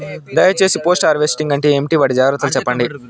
దయ సేసి post harvesting అంటే ఏంటి? వాటి జాగ్రత్తలు సెప్పండి?